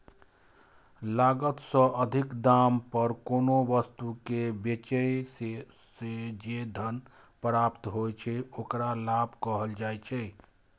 लागत सं अधिक दाम पर कोनो वस्तु कें बेचय सं जे धन प्राप्त होइ छै, ओकरा लाभ कहल जाइ छै